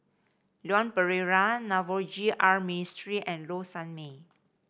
Leon Perera Navroji R Mistri and Low Sanmay